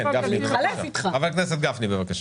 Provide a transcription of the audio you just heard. בבקשה.